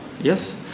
yes